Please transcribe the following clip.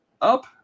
up